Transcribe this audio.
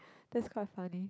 that's quite funny